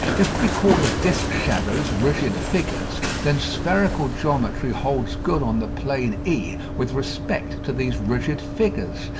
if we call the disc-shadows rigid figures, then spherical geometry holds good on the plane e with respect to these rigid figures.